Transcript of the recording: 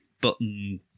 button